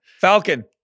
Falcon